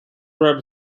were